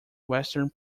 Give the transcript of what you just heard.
western